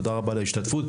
תודה רבה על ההשתתפות.